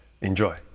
Enjoy